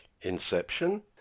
Inception